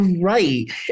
Right